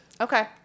Okay